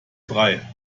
frei